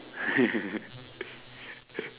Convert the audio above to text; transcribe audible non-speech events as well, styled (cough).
(laughs)